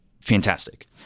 fantastic